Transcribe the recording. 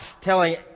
telling